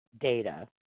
data